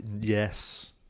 yes